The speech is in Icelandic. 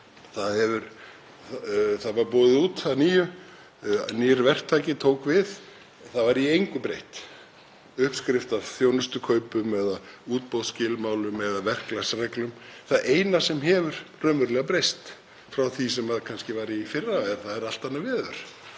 Það var boðið út að nýju. Nýr verktaki tók við. Það var í engu breytt uppskrift að þjónustukaupum eða útboðsskilmálum eða verklagsreglum, það eina sem hefur raunverulega breyst frá því sem var í fyrra er að það er allt annað veður.